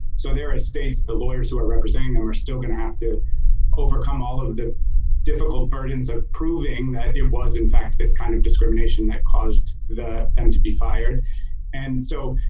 so their estates the lawyers who are representing them. we're still gonna have to overcome all of the difficult burdens of proving that it was in fact this kind of discrimination that caused them and to be fired and so